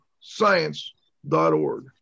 science.org